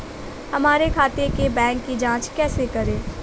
हमारे खाते के बैंक की जाँच कैसे करें?